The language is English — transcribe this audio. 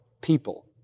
people